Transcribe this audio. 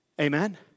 amen